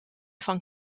van